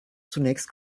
zunächst